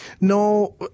No